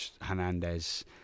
Hernandez